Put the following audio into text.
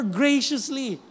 graciously